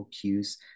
cues